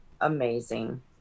amazing